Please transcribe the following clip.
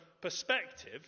perspective